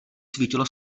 svítilo